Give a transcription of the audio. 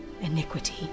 iniquity